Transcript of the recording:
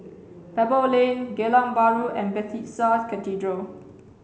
Pebble Lane Geylang Bahru and Bethesda Cathedral